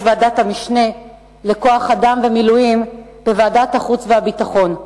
ועדת המשנה לכוח-אדם ומילואים בוועדת החוץ והביטחון,